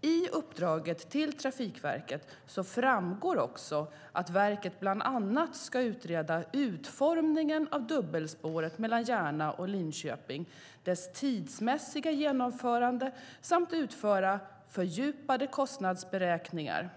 I uppdraget till Trafikverket framgår också att verket bland annat ska utreda utformningen av dubbelspåret mellan Järna och Linköping och dess tidsmässiga genomförande samt utföra fördjupade kostnadsberäkningar.